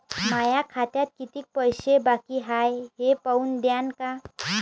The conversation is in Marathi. माया खात्यात कितीक पैसे बाकी हाय हे पाहून द्यान का?